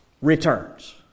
Returns